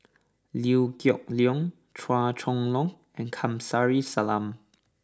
Liew Geok Leong Chua Chong Long and Kamsari Salam